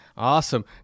Awesome